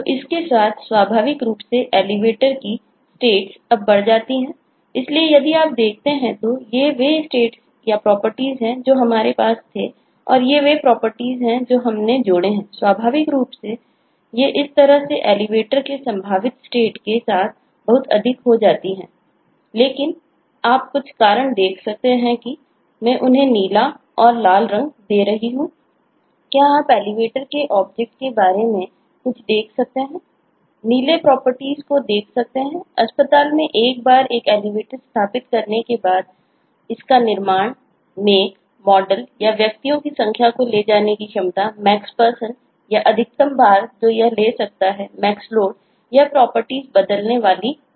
तो इस के साथ स्वाभाविक रूप से Elevator की स्टेट बदलने वाली नहीं है